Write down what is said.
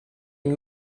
une